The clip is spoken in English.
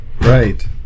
Right